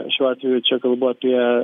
šiuo atveju čia kalbu apie